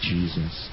Jesus